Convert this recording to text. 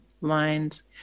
lines